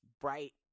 bright